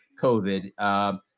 COVID